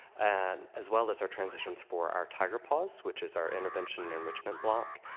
and as well as our transitions for our tiger paws, which is our intervention enrichment block,